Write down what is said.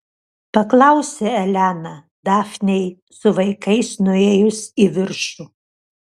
paklausė elena dafnei su vaikais nuėjus į viršų